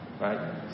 Right